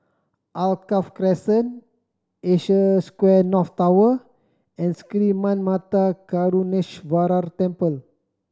Alkaff Crescent Asia Square North Tower and Sri Manmatha Karuneshvarar Temple